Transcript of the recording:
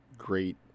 Great